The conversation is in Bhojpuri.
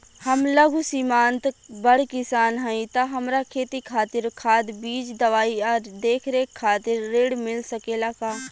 हम लघु सिमांत बड़ किसान हईं त हमरा खेती खातिर खाद बीज दवाई आ देखरेख खातिर ऋण मिल सकेला का?